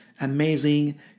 amazing